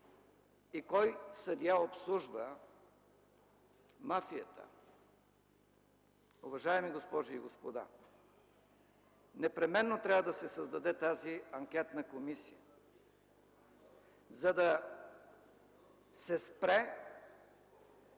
и кой съдия обслужва мафията. Уважаеми госпожи и господа, непременно трябва да се създаде тази анкетна комисия, за да се спре